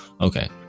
Okay